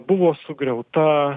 buvo sugriauta